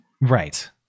Right